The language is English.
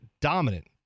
dominant